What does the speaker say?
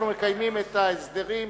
אנחנו מקיימים את ההסדרים.